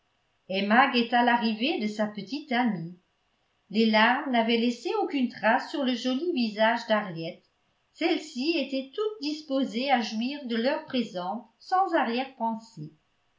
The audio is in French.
emma guetta l'arrivée de sa petite amie les larmes n'avaient laissé aucune trace sur le joli visage d'henriette celle-ci était toute disposée à jouir de l'heure présente sans